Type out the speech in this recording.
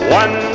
one